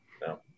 no